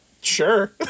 sure